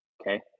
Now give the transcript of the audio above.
Okay